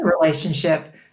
relationship